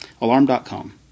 Alarm.com